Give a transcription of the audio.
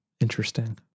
Interesting